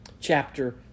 chapter